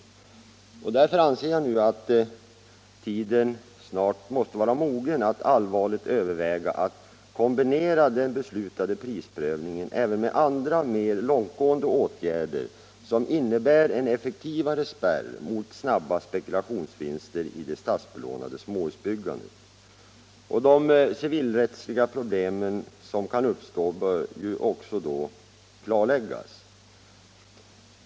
Därför anser jag att tiden snart måste vara mogen att allvarligt överväga att kombinera den beslutade prisprövningen med andra mer långtgående åtgärder som innebär en effektivare spärr mot snabba spekulationsvinster i det statsbelånade småhusbyggandet. De civilrättsliga problem som kan uppstå bör då också klarläggas.